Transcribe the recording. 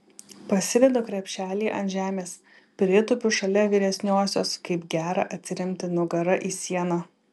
pasidedu krepšelį ant žemės pritūpiu šalia vyresniosios kaip gera atsiremti nugara į sieną